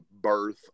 birth